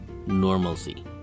normalcy